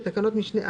בתקנות משנה (א)